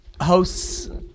Hosts